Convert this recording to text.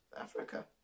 Africa